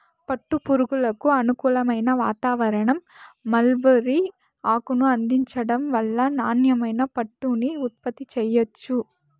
పట్టు పురుగులకు అనుకూలమైన వాతావారణం, మల్బరీ ఆకును అందించటం వల్ల నాణ్యమైన పట్టుని ఉత్పత్తి చెయ్యొచ్చు